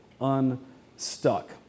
unstuck